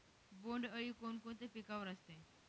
बोंडअळी कोणकोणत्या पिकावर असते?